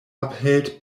upheld